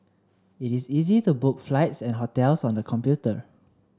it is easy to book flights and hotels on the computer